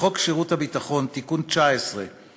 "שחוק שירות הביטחון (תיקון מס' 19),